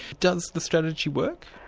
does the strategy work?